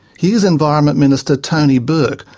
here's environment minister, tony burke,